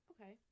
Okay